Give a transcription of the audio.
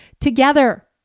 together